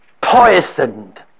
poisoned